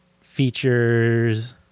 features